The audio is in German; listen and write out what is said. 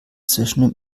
zwischen